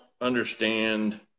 understand